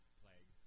plague